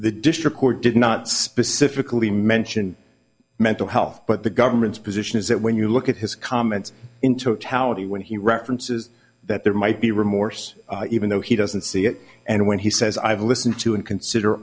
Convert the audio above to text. the district court did not specifically mention mental health but the government's position is that when you look at his comments in totality when he references that there might be remorse even though he doesn't see it and when he says i've listened to and consider